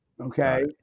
Okay